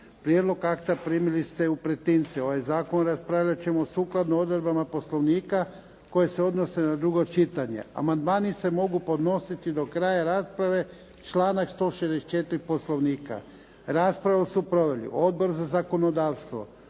Prijedlog akta primili ste u pretince. Ovaj zakon raspravljat ćemo sukladno odredbama Poslovnika koje se odnose na drugo čitanje. Amandmani se mogu podnositi do kraja rasprave, članak 164. Poslovnika. Raspravu su proveli: Odbor za zakonodavstvo